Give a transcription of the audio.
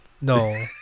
No